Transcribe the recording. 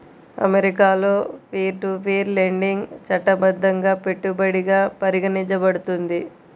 అమెరికాలో peer to peer lending చట్టబద్ధంగా పెట్టుబడిగా పరిగణించబడుతుంది